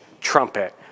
trumpet